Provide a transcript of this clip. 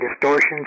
distortion